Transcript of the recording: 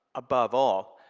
above all,